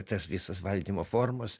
tos visos valdymo formos